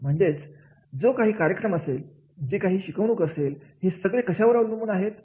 म्हणजेच जो काही कार्यक्रम असेल जे काही शिकवणूक असेल हे सगळे कशावर अवलंबून आहेत